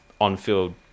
on-field